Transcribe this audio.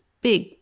big